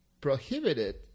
prohibited